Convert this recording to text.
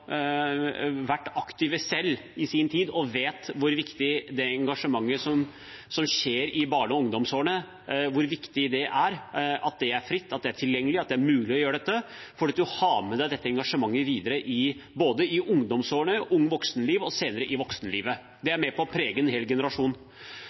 vært aktive selv i sin tid og vet hvor viktig engasjementet i barne- og ungdomsårene er, at det er fritt, at det er tilgjengelig, og at det er mulig å gjøre dette, for man har med seg dette engasjementet videre både i ungdomsårene, som ung voksen og senere i voksenlivet. Det